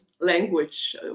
language